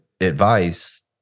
advice